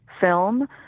Film